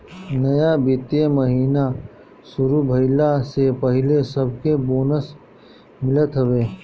नया वित्तीय महिना शुरू भईला से पहिले सबके बोनस मिलत हवे